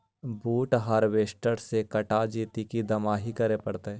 बुट हारबेसटर से कटा जितै कि दमाहि करे पडतै?